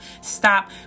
Stop